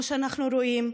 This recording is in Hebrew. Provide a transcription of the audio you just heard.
כמו שאנחנו רואים.